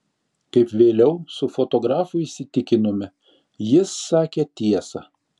kaip vėliau su fotografu įsitikinome jis sakė tiesą